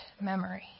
memory